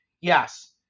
Yes